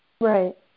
Right